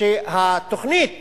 שהתוכנית